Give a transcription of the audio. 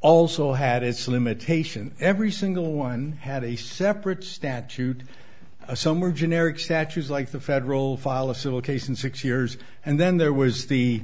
also had its limitation every single one had a separate statute somewhere generic statutes like the federal file a civil case in six years and then there was the